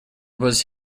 was